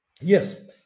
Yes